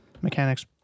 Mechanics